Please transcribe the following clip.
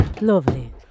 lovely